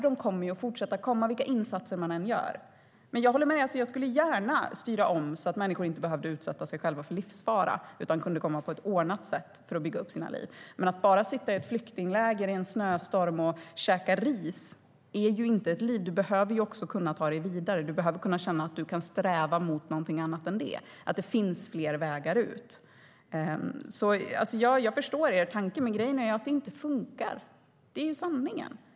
De kommer ju att fortsätta komma, vilka insatser man än gör. Jag håller med och skulle gärna styra om så att människor inte behövde utsätta sig själva för livsfara utan kunde komma på ett ordnat sätt för att bygga upp sina liv. Men att bara sitta i ett flyktingläger i en snöstorm och käka ris är ju inte ett liv. Du behöver också kunna ta dig vidare och kunna känna att du kan sträva mot något annat än det, att det finns fler vägar ut. Jag förstår er tanke, men det fungerar ju inte - det är sanningen!